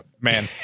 man